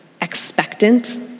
expectant